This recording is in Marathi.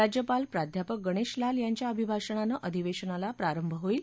राज्यपाल प्राध्यापक गणेशलाल यांच्या अभिभाषणानं अधिवेशनाला प्रारंभ होईल